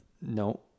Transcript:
No